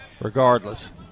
regardless